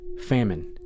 famine